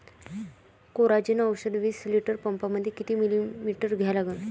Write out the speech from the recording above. Coragen औषध विस litre पंपामंदी किती मिलीमिटर घ्या लागन?